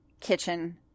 kitchen